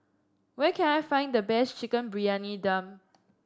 where can I find the best Chicken Briyani Dum